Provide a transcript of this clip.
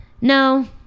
No